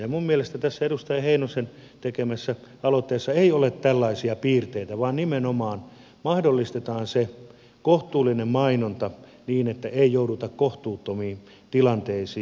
ja minun mielestäni tässä edustaja heinosen tekemässä aloitteessa ei ole tällaisia piirteitä vaan nimenomaan mahdollistetaan se kohtuullinen mainonta niin että ei jouduta kohtuuttomiin tilanteisiin